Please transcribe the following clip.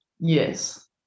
Yes